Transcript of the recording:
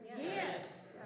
Yes